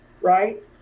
right